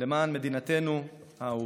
למען מדינתנו האהובה.